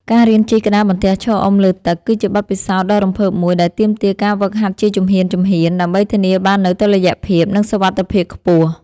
ការរៀនជិះក្តារបន្ទះឈរអុំលើទឹក គឺជាបទពិសោធន៍ដ៏រំភើបមួយដែលទាមទារការហ្វឹកហាត់ជាជំហានៗ ដើម្បីធានាបាននូវតុល្យភាព និងសុវត្ថិភាពខ្ពស់។